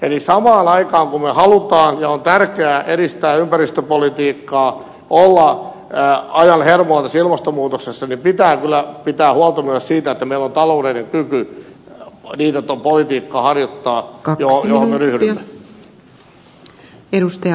eli samaan aikaan kun me haluamme ja on tärkeää edistää ympäristöpolitiikkaa olla ajan hermolla tässä ilmastonmuutoksessa pitää kyllä pitää huolta myös siitä että meillä on taloudellinen kyky tätä politiikkaa harjoittaa johon me ryhdymme